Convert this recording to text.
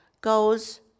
goes